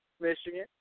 Michigan